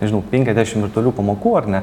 nežinau penkiasdešim virtualių pamokų ar ne